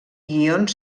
guions